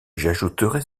j’ajouterai